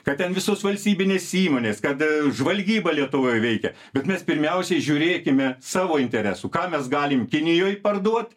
kad ten visos valstybinės įmonės kad žvalgyba lietuvoj veikia bet mes pirmiausiai žiūrėkime savo interesų ką mes galim kinijoj parduot